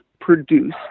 produce